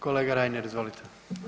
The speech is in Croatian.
Kolega Reiner, izvolite.